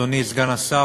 אדוני סגן השר,